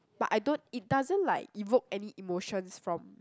but I don't it doesn't like evoke any emotions from